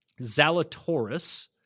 Zalatoris